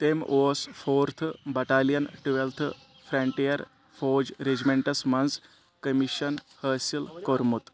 تٔمۍ اوس fourth battalion twelfth frontier فوج رجمنٹس منٛز کمیشن حٲصِل کوٚرمُت